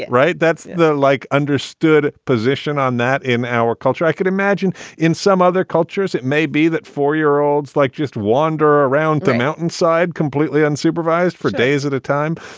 right. that's the like understood position on that. in our culture, i could imagine in some other cultures it may be that four year olds like just wander around the mountainside completely unsupervised for days at a time.